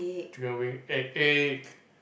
chicken wing egg egg